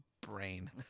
brain